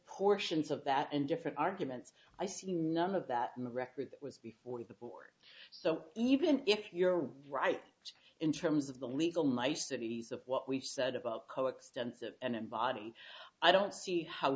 portions of that and different arguments i see none of that in the record that was before the board so even if you're right in terms of the legal niceties of what we've said about coextensive and body i don't see how